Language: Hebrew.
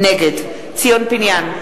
נגד ציון פיניאן,